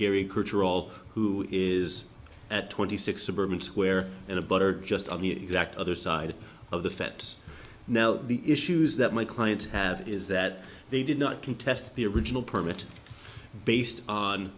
all who is at twenty six suburban square in the butt or just on the exact other side of the fence now the issues that my clients have is that they did not contest the original permit based on